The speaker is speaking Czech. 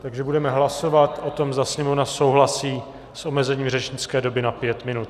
Takže budeme hlasovat o tom, zda Sněmovna souhlasí s omezením řečnické doby na pět minut.